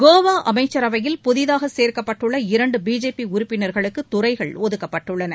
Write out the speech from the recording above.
கோவா அமைச்சரவையில் புதிதாக சேர்க்கப்பட்டுள்ள இரண்டு பிஜேபி உறுப்பினர்களுக்கு துறைகள் ஒதுக்கப்பட்டுள்ளன